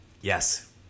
Yes